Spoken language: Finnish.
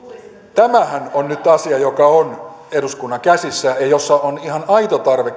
tämähän on nyt asia joka on eduskunnan käsissä ja jossa on ihan aito tarve